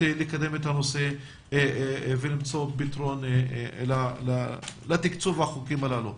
לקדם את הנושא ולמצוא פתרון לתקצוב התוכניות הללו.